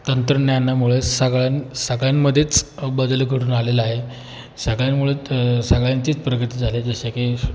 तंत्रज्ञानामुळे सगळ्या सगळ्यांमध्येच अ बदल घडून आलेला आहे सगळ्यांमुळे तं सगळ्यांचीच प्रगती झाली जसं की